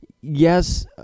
yes